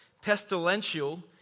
pestilential